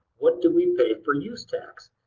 what do we pay for use tax?